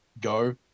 go